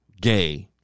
gay